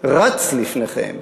רץ לפניכם,